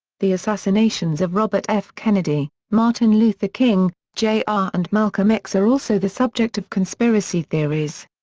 the assassinations of robert f. kennedy, martin luther king, jr. ah and malcolm x are also the subject of conspiracy theories.